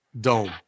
dome